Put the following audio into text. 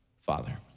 Father